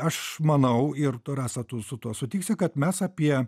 aš manau ir tu rasa tu su tuo sutiksi kad mes apie